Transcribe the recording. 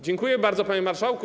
Dziękuję bardzo, panie marszałku.